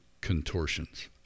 contortions